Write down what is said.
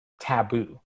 taboo